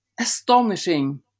astonishing